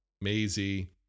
Maisie